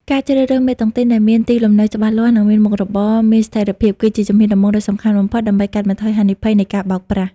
ការជ្រើសរើសមេតុងទីនដែលមានទីលំនៅច្បាស់លាស់ និងមានមុខរបរមានស្ថិរភាព គឺជាជំហានដំបូងដ៏សំខាន់បំផុត ដើម្បីកាត់បន្ថយហានិភ័យនៃការបោកប្រាស់។